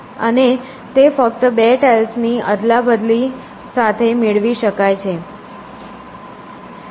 અને તે ફક્ત બે ટાઇલ્સ ની અદલાબદલી સાથે મેળવી શકાય છે